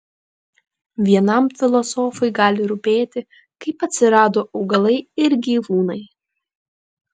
vienam filosofui gali rūpėti kaip atsirado augalai ir gyvūnai